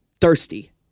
thirsty